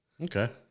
Okay